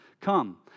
come